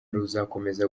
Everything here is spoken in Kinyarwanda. ruzakomeza